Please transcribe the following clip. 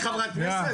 היא חברת כנסת?